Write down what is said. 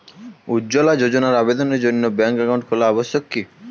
উজ্জ্বলা যোজনার আবেদনের জন্য ব্যাঙ্কে অ্যাকাউন্ট খোলা আবশ্যক কি?